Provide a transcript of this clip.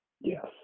Yes